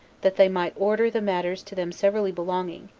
that they might order the matters to them severally belonging,